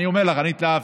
אני אומר לך, אני התלהבתי,